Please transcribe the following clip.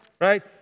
right